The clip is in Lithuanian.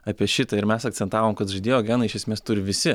apie šitą ir mes akcentavom kad žaidėjo geną iš esmės turi visi